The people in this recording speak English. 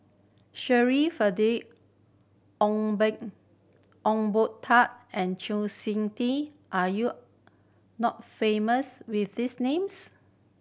Shirin Ong Ong Boon Tat and Chng Sing Tin are you not famous with these names